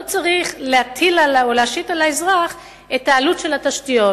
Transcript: צריך להטיל או להשית על האזרח את העלות של התשתיות.